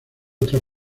otras